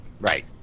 Right